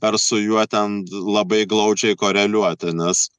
ar su juo ten labai glaudžiai koreliuoti nes